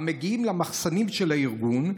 הן מגיעים למחסנים של הארגון,